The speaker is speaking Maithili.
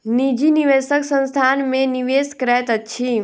निजी निवेशक संस्थान में निवेश करैत अछि